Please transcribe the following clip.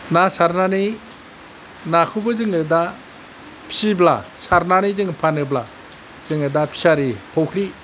ना सारनानै नाखौबो जोङो दा फिसिब्ला सारनानै जों फानोब्ला जोङो दा फिसारि फुख्रि